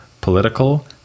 political